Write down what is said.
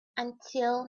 until